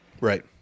Right